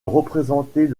représenter